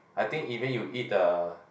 I think even you eat the